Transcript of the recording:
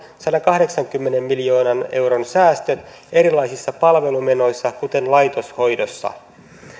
sadankahdeksankymmenen miljoonan euron säästöt erilaisissa palvelumenoissa kuten laitoshoidossa